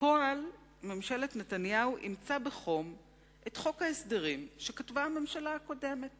בפועל ממשלת נתניהו אימצה בחום את חוק ההסדרים שכתבה הממשלה הקודמת